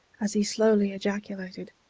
as he slowly ejaculated,